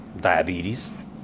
diabetes